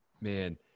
Man